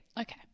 Okay